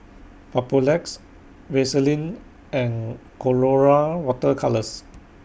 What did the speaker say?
Papulex Vaselin and Colora Water Colours